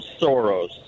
Soros